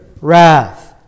wrath